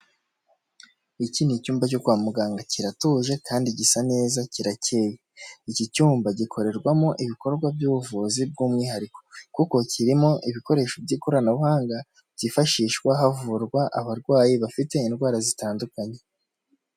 Iki ni icyumba cyo kwa muganga kiratuje kandi gisa neza kirakeye. Iki cyumba gikorerwamo ibikorwa by'ubuvuzi bw'umwihariko kuko kirimo ibikoresho by'ikoranabuhanga, byifashishwa havurwa abarwayi bafite indwara zitandukanye.